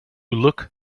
look